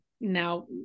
now